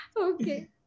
Okay